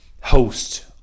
host